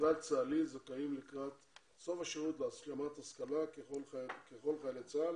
כלל צה"לי זכאים לקראת סוף השירות להשלמת השכלה ככל חיילי צה"ל